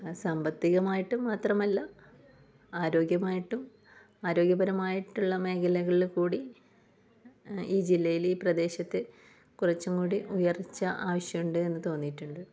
സാമ്പത്തികമായിട്ടും മാത്രമല്ല ആരോഗ്യമായിട്ടും ആരോഗ്യപരമായിട്ടുള്ള മേഖലകളിൽ കൂടി ഈ ജില്ലയിൽ ഈ പ്രദേശത്ത് കുറച്ചും കൂടി ഉയർച്ച ആവശ്യമുണ്ട് എന്ന് തോന്നിയിട്ടുണ്ട്